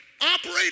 operate